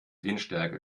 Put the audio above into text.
windstärke